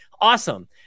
awesome